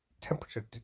Temperature